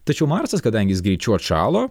tačiau marsas kadangi jis greičiau atšalo